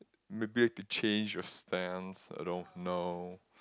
maybe I can change your stance I don't know